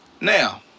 now